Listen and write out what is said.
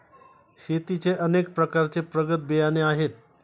शेतीचे अनेक प्रकारचे प्रगत बियाणे आहेत